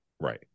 right